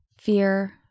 Fear